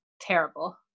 terrible